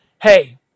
hey